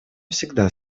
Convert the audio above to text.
всегда